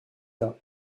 cela